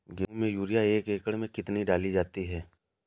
गेहूँ में यूरिया एक एकड़ में कितनी डाली जाती है?